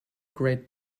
great